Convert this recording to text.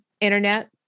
internet